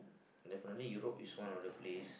definitely Europe is one of the place